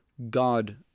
God